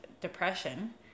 depression